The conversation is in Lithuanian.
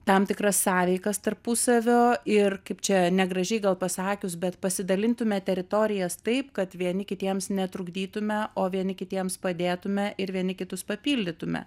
tam tikras sąveikas tarpusavio ir kaip čia negražiai gal pasakius bet pasidalintume teritorijas taip kad vieni kitiems netrukdytume o vieni kitiems padėtume ir vieni kitus papildytume